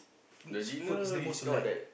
which food is the most you like